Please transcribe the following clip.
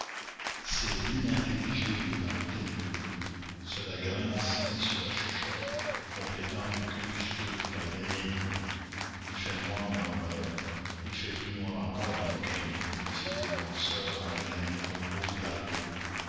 c'est l'inintelligible dans le ténébreux cela grince et cela chuchote complétant le crépuscule par l'énigme il fait noir dans le malheur il fait plus noir encore dans le crime ces deux noirceurs amalgamées composent l'argot